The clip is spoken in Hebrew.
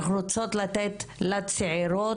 אנחנו רוצות לתת לצעירות